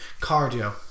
cardio